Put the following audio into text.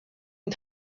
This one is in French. une